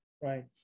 Right